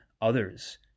others